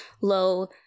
low